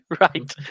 Right